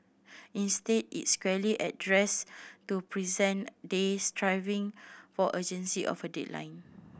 instead it's squarely addressed to present day striving for urgency of a headline